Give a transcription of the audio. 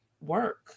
work